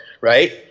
right